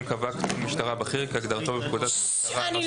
קבע קצין משטרה בכיר כהגדרתו בפקודת המשטרה